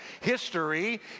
History